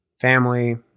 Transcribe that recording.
family